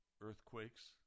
earthquakes